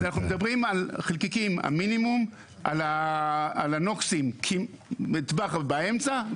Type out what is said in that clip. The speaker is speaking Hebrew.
אנחנו מדברים על חלקיקים המינימום על הנוקסים בטווח באמצע,